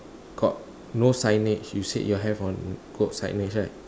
got no signage you said you have on got signage right